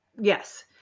Yes